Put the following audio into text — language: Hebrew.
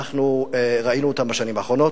ראינו אותם בשנים האחרונות.